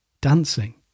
Dancing